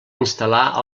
instal·lar